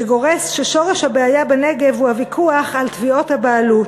שגורס ששורש הבעיה בנגב הוא הוויכוח על תביעות הבעלות,